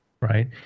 right